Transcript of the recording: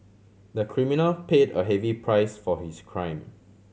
the criminal paid a heavy price for his crime